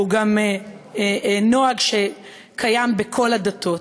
והוא גם נוהג שקיים בכל הדתות.